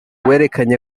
werekanye